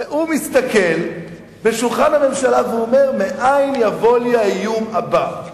והוא מסתכל בשולחן הממשלה ואומר: מאין יבוא לי האיום הבא?